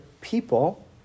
people